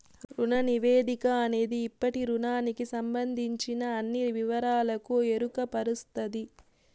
రుణ నివేదిక అనేది ఇప్పటి రుణానికి సంబందించిన అన్ని వివరాలకు ఎరుకపరుస్తది